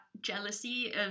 jealousy